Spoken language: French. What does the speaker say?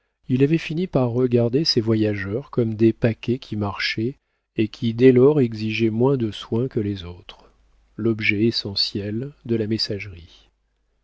il avait fini par regarder ses voyageurs comme des paquets qui marchaient et qui dès lors exigeaient moins de soins que les autres l'objet essentiel de la messagerie